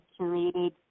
curated